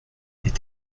est